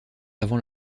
avant